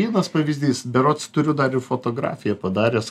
vienas pavyzdys berods turiu dar ir fotografiją padaręs